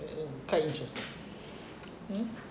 mm mm quite interesting hmm